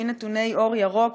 לפי נתוני "אור ירוק",